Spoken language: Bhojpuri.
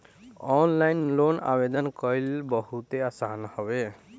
ऑनलाइन लोन आवेदन कईल बहुते आसान हवे